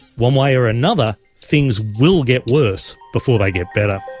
one way or another, things will get worse before they get better.